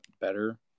better